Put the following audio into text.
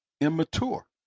immature